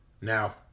Now